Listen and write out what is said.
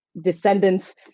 descendants